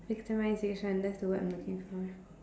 systemization that's the word I'm looking for